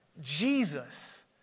Jesus